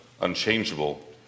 unchangeable